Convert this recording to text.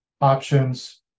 options